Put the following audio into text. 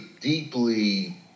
deeply